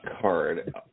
card